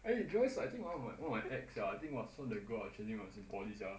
eh joyce I think one of my one of my ex sia I think one of the girl I chasing when I was in poly sia